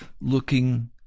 looking